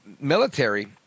military